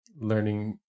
learning